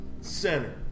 center